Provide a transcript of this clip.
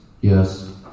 Yes